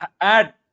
add